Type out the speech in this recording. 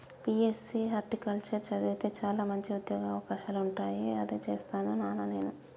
BSc horticulture చదివితే చాల మంచి ఉంద్యోగ అవకాశాలుంటాయి అదే చేస్తాను నానా నేను